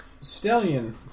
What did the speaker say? Stallion